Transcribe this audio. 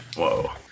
Whoa